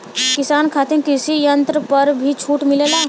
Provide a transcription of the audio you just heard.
किसान खातिर कृषि यंत्र पर भी छूट मिलेला?